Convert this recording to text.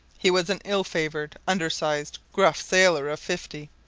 he was an ill-favoured, undersized, gruff sailor of fifty,